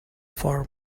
form